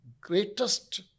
greatest